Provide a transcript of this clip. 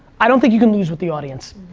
i don't think you can lose with the audience.